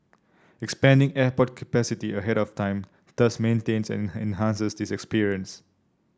expanding airport capacity ahead of time thus maintains and enhances this experience